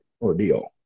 ordeal